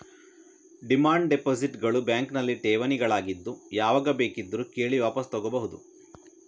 demand deposit ಗಳು ಬ್ಯಾಂಕಿನಲ್ಲಿ ಠೇವಣಿಗಳಾಗಿದ್ದು ಯಾವಾಗ ಬೇಕಿದ್ರೂ ಕೇಳಿ ವಾಪಸು ತಗೋಬಹುದು